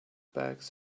bags